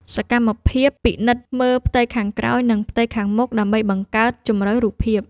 សកម្មភាពពិនិត្យមើលផ្ទៃខាងក្រោយ និងផ្ទៃខាងមុខ ដើម្បីបង្កើតជម្រៅរូបភាព។